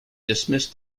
dismissed